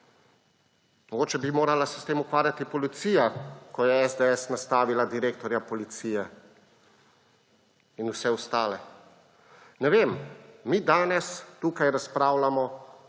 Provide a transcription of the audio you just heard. Mogoče bi se morala s tem ukvarjati policija, ko je SDS nastavila direktorja policije in vse ostale. Ne vem, mi danes tukaj razpravljamo